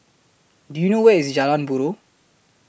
Do YOU know Where IS Jalan Buroh